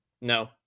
No